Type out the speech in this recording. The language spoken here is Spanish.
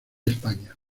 españa